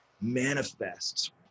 manifests